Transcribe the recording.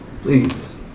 Please